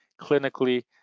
clinically